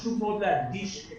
חשוב מאוד להדגיש את